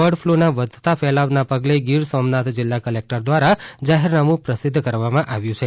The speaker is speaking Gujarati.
બર્ડફ્લૂના વધતાં ફેલાવના પગલે ગીર સોમનાથ જિલ્લા કલેક્ટર દ્વારા જાહેરનામું પ્રસિદ્ધ કરવામાં આવ્યું છે